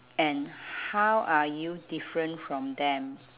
and how are you different from them